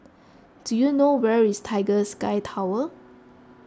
do you know where is Tiger Sky Tower